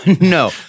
No